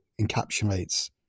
encapsulates